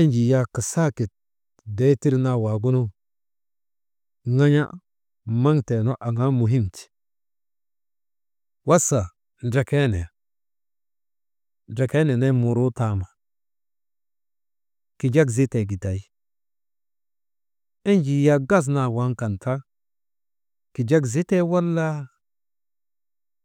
Enjii wak yak saakit beetir naa waagunu, ŋan̰a maŋtee nu aŋaa muhim ti wasa ndrekee ne ndrekee nenen muruu taama, kijak zitee giday enjii yak gas naa waŋ kan ta, kijak zitee walaa,